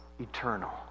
eternal